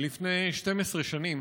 לפני 12 שנים